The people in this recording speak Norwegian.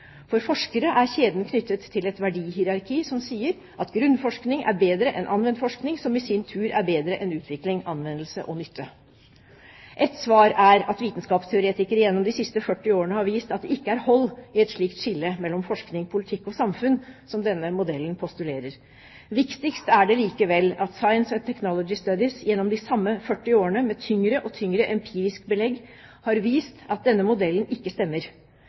For forskere er kjeden knyttet til et verdihierarki, som sier at grunnforskning er bedre enn anvendt forskning, som i sin tur er bedre enn utvikling, anvendelse og nytte. Ett svar er at vitenskapsteoretikere gjennom de siste 40 årene har vist at det ikke er hold i et slikt skille mellom forskning, politikk og samfunn som denne modellen postulerer. Viktigst er det likevel at Science and Technology Studies gjennom de samme 40 årene, med tyngre og tyngre empirisk belegg, har vist at denne modellen ikke stemmer.